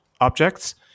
objects